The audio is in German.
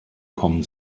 kommen